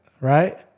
right